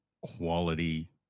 quality